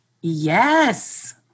Yes